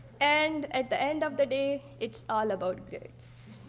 and at the end of the day, it's all about grades.